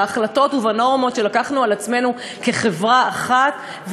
בהחלטות ובנורמות שלקחנו על עצמנו כחברה אחת,